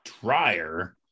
Dryer